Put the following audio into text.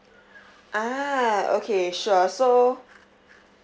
ah okay sure so